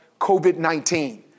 COVID-19